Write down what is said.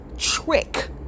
trick